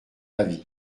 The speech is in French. ravi